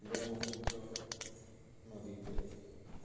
ব্রহ্মপুত্র নদীতে